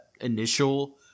initial